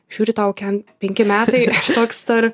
žiūri tau kem penki metai toks dar